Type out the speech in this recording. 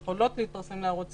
הן יכולות להתפרסם להערות הציבור,